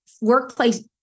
workplace